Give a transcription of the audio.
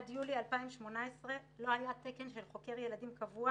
עד יולי 2018 לא היה תקן של חוקר ילדים קבוע